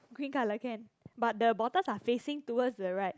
green color can but the bottles are facing towards the right